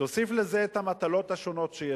תוסיף לזה את המטלות השונות שיש,